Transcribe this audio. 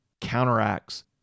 counteracts